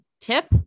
tip